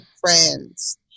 friends